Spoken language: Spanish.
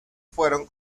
fueron